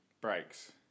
breaks